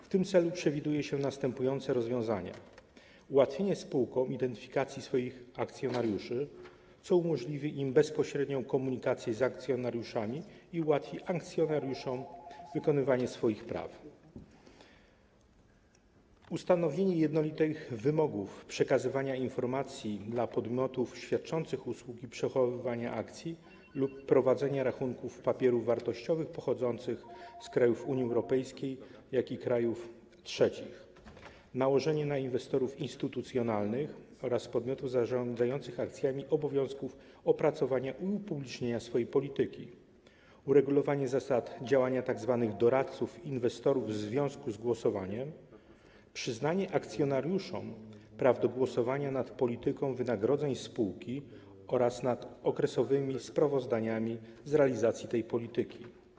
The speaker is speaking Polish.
W tym celu przewiduje się następujące rozwiązania: ułatwienie spółkom identyfikacji swoich akcjonariuszy, co umożliwi im bezpośrednią komunikację z akcjonariuszami i ułatwi akcjonariuszom wykonywanie swoich praw, ustanowienie jednolitych wymogów przekazywania informacji dla podmiotów świadczących usługi przechowywania akcji lub prowadzenia rachunków papierów wartościowych pochodzących z krajów Unii Europejskiej, jak i krajów trzecich, nałożenie na inwestorów instytucjonalnych oraz podmioty zarządzające akcjami obowiązków opracowania i upublicznienia swojej polityki, uregulowanie zasad działania tzw. doradców inwestorów w związku z głosowaniem, przyznanie akcjonariuszom praw do głosowania nad polityką wynagrodzeń spółki oraz nad okresowymi sprawozdaniami z realizacji tej polityki.